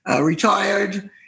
retired